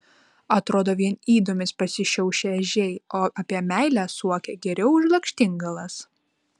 atrodo vien ydomis pasišiaušę ežiai o apie meilę suokia geriau už lakštingalas